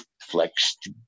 flexed